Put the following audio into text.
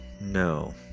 no